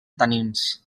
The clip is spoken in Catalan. tanins